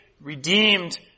redeemed